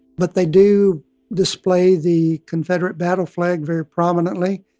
but they do display the confederate battle flag very prominently.